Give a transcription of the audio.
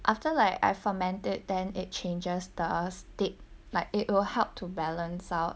after like I ferment it then it changes the state like it'll help to balance out